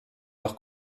leur